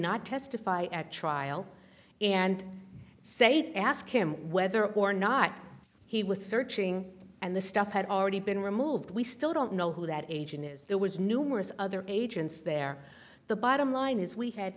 not testify at trial and say ask him whether or not he was searching and the stuff had already been removed we still don't know who that agent is there was numerous other agents there the bottom line is we had